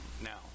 Now